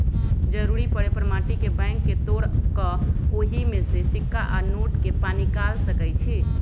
जरूरी परे पर माटी के बैंक के तोड़ कऽ ओहि में से सिक्का आ नोट के पनिकाल सकै छी